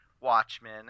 Watchmen